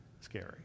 scary